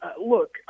look